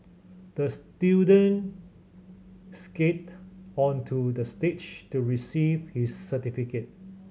the student skated onto the stage to receive his certificate